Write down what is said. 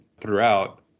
throughout